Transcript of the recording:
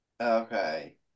Okay